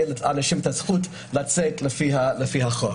לתת לאנשים את הזכות לצאת לפי החוק.